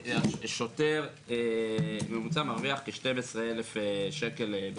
שוטר ממוצע מרוויח כ-12,000 שקל.